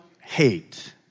hate